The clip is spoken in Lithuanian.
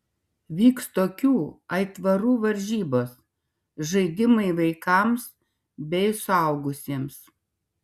vyks tokių aitvarų varžybos žaidimai vaikams bei suaugusiems